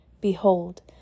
Behold